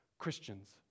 Christians